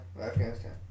Afghanistan